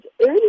early